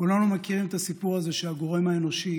כולנו מכירים את הסיפור הזה שהגורם האנושי